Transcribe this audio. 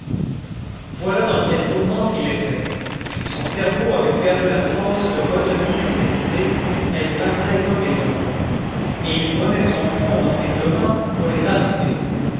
voilà dans quelle tourmente il était son cerveau avait perdu la force de retenir ses idées elles passaient comme des ondes et il prenait son front dans ses deux mains pour les arrêter